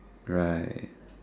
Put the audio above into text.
right